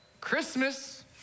Christmas